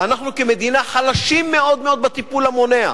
ואנחנו כמדינה חלשים מאוד מאוד בטיפול המונע,